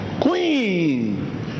queen